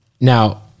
Now